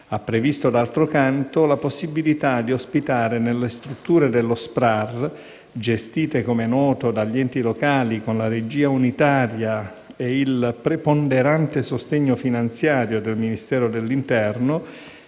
ha previsto, d'altro canto, la possibilità di ospitare nelle strutture dello SPRAR, gestite come noto dagli enti locali con la regia unitaria e il preponderante sostegno finanziario del Ministero dell'interno,